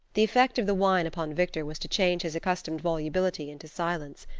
the effect of the wine upon victor was to change his accustomed volubility into silence.